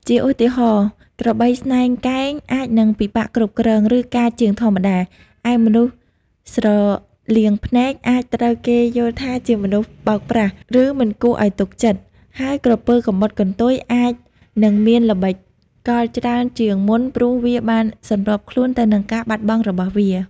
ជាឧទាហរណ៍ ក្របីស្នែងកែងអាចនឹងពិបាកគ្រប់គ្រង ឬកាចជាងធម្មតា ឯមនុស្សស្រលៀងភ្នែកអាចត្រូវគេយល់ថាជាមនុស្សបោកប្រាស់ ឬមិនគួរឲ្យទុកចិត្ត ហើយក្រពើកំបុតកន្ទុយអាចនឹងមានល្បិចកលច្រើនជាងមុនព្រោះវាបានសម្របខ្លួនទៅនឹងការបាត់បង់របស់វា។